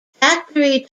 factory